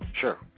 Sure